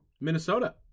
Minnesota